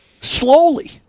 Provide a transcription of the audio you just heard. slowly